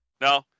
No